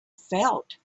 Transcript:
felt